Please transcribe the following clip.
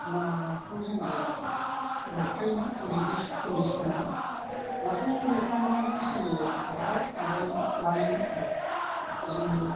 नाखौ जोङो लफायोमोन ओन्दै समावहाय नाखौ लफायनानै जोङो बाहा माबायोमोन लायोमोन होमबा जोङो